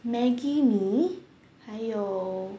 maggi mee 还有